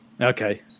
Okay